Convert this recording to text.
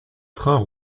trains